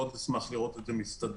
אשמח מאוד לראות את זה מסתדר.